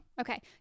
Okay